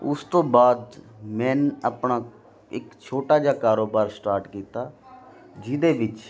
ਉਸ ਤੋਂ ਬਾਅਦ ਮੈਂ ਆਪਣਾ ਇੱਕ ਛੋਟਾ ਜਿਹਾ ਕਾਰੋਬਾਰ ਸਟਾਰਟ ਕੀਤਾ ਜਿਹਦੇ ਵਿੱਚ